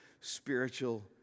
spiritual